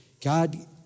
God